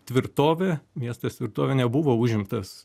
tvirtovė miestas tvirtovė nebuvo užimtas